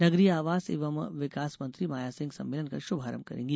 नगरीय आवास और विकास मंत्री माया सिंह सम्मेलन का शुभारंभ करेंगी